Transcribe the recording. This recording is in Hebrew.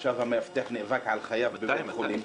ועכשיו המאבטח נאבק על חייו בבית חולים.